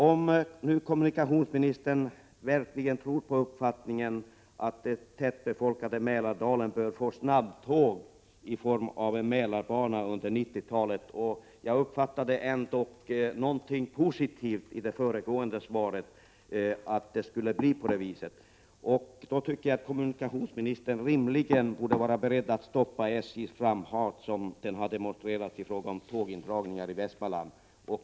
Om kommunikationsministern verkligen är av uppfattningen att den tätbefolkade Mälardalen under 1990-talet bör få snabbtåg i form av en Mälarbana — i det avseendet uppfattade jag ändå någonting positivt i det föregående svaret — borde han rimligen vara beredd att stoppa SJ:s framfart när det gäller tågindragningar i Västmanland.